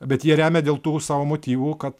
bet jie remia dėl tų savo motyvų kad